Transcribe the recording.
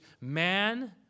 man